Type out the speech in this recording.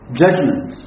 judgment